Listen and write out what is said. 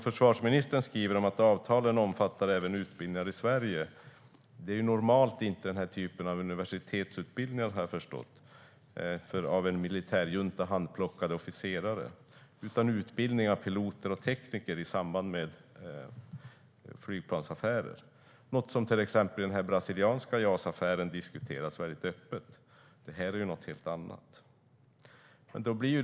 Försvarsministern nämner att "avtalen omfattade även utbildningar i Sverige". Jag har förstått att det normalt inte handlar om den typen av universitetsutbildningar för av en militärjunta handplockade officerare. Det brukar handla om utbildning av piloter och tekniker i samband med flygplansaffärer, något som diskuteras öppet i till exempel den brasilianska JAS-affären. Detta är något helt annat.